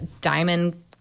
diamond